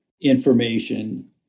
information